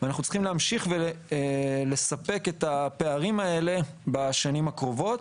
ואנחנו צריכים להמשיך ולספק את הפערים האלה בשנים הקרובות.